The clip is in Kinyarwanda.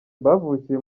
bavukiye